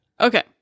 Okay